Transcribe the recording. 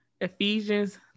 Ephesians